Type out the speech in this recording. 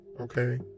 okay